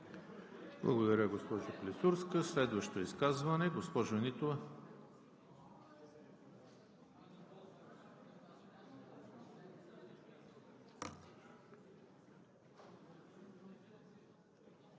Благодаря, госпожо Клисурска. Следващо изказване, госпожо Нитова.